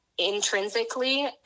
Intrinsically